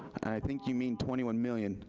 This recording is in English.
i think you mean twenty one million,